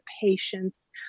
patience